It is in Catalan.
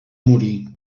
morir